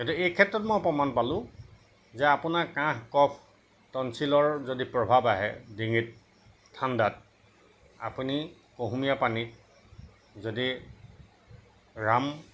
গতিকে এই ক্ষেত্ৰত মই প্ৰমাণ পালোঁ যে আপোনাৰ কাহ কফ টনচিলৰ যদি প্ৰভাৱ আহে ডিঙিত ঠাণ্ডাত আপুনি কুহুমীয়া পানীত যদি ৰাম